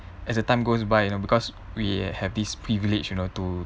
as the time goes by you know because we have this privilege you know to